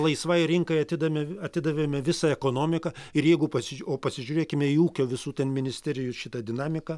laisvai rinkai atidavė atidavėme visą ekonomiką ir jeigu pasi o pasižiūrėkime į ūkio visų ten ministerijų šitą dinamiką